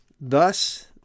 Thus